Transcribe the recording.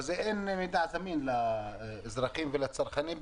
אין מידע זמין לאזרחים ולצרכנים,